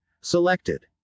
selected